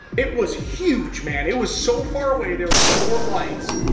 it was huge man, it was so far away, there was four lights,